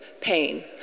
pain